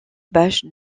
bach